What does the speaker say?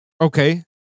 Okay